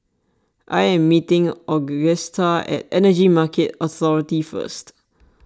I am meeting Augusta at Energy Market Authority First